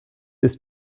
ist